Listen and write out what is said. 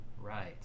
Right